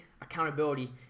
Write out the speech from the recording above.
accountability